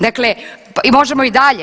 Dakle i možemo i dalje.